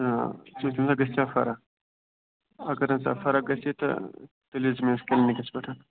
ژٕ وچھ ژےٚ گَژھ یہَ فَرَکھ اگر نہٕ ژےٚ فرکھ گَژھی تہٕ تیٚلہِ ییٖزِ میٲنِس کلنِکس پیٚٹھ